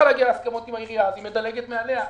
להגיע להסכמות עם העירייה אז היא מדלגת מעליה.